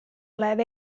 olev